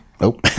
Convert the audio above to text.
Nope